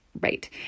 Right